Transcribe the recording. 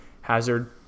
Hazard